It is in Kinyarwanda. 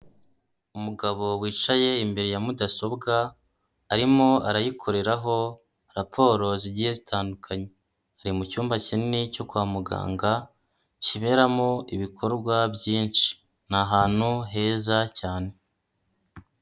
Umugabo wicaye imbere ya mudasobwa, arimo arayikoreraho raporo zigiye zitandukanye. Ari mu cyumba kinini cyo kwa muganga, kiberamo ibikorwa byinshi. Ni ahantu heza cyane.